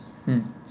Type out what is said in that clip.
mm